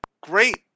great